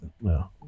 no